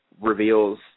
reveals